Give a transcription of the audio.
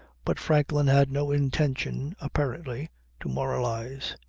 but franklin had no intention apparently to moralize.